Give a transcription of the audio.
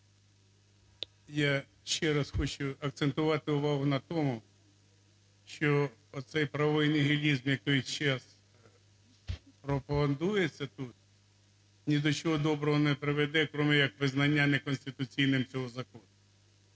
Я ще раз хочу акцентувати увагу на тому, що цей правовий нігілізм, який весь час пропагандується тут, ні до чого доброго не приведе, окрім того, як визнання не конституційним цього закону.